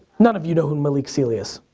none of you know who malik sealy is.